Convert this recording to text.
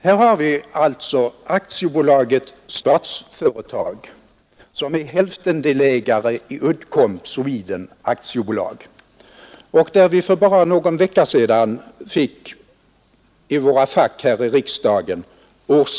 För bara någon vecka sedan fick vi i våra fack här i riksdagen en årsredovisning för Statsföretag AB, som är hälftendelägare i Uddeomb Sweden AB.